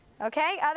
Okay